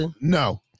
No